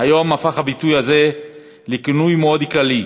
היום הפך הביטוי הזה לכינוי מאוד כללי,